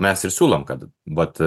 mes ir siūlom kad vat